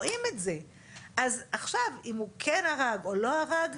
אם הוא כן הרג או לא הרג,